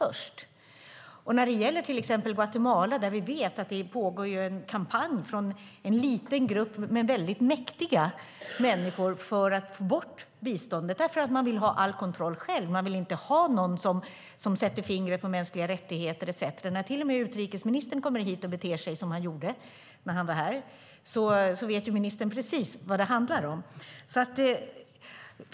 Vi vet att det till exempel i Guatemala pågår en kampanj från en liten men mycket mäktig grupp människor för att få bort biståndet därför att de vill ha all kontroll själva. De vill inte ha någon som sätter fingret på mänskliga rättigheter etcetera. När till och med utrikesministern kommer hit och beter sig som han gjorde när han var här vet ministern precis vad det handlar om.